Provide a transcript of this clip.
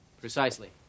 Precisely